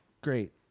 Great